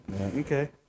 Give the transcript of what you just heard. okay